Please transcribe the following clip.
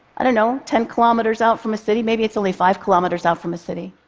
i don't know, ten kilometers out from a city, maybe it's only five kilometers out from a city.